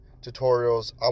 Tutorials